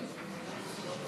ההצעה לא